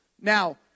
Now